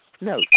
No